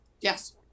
yes